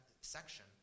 section